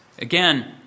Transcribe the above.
Again